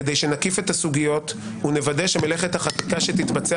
כדי שנקיף את הסוגיות ונוודא שמלאכת החקיקה שתתבצע